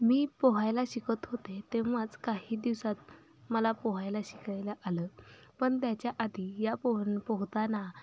मी पोहायला शिकत होते तेव्हाच काही दिवसात मला पोहायला शिकायला आलं पण त्याच्याआधी या पोहन पोहताना